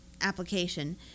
application